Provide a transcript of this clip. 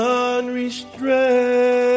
unrestrained